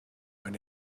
eine